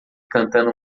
cantando